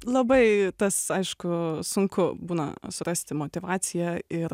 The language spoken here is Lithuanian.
labai tas aišku sunku būna surasti motyvaciją ir